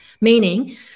meaning